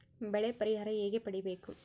ಬೆಳೆ ಪರಿಹಾರ ಹೇಗೆ ಪಡಿಬೇಕು?